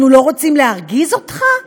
אנחנו לא רוצים להרגיז אותך?